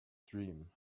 dream